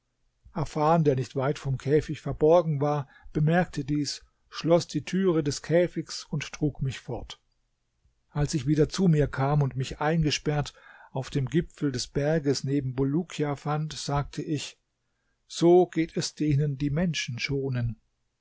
afan der nicht weit vom käfig verborgen war bemerkte dies schloß die türe des käfigs und trug mich fort als ich wieder zu mir kam und mich eingesperrt auf dem gipfel des berges neben bulukia fand sagte ich so geht es denen die menschen schonen